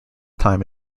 time